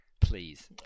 Please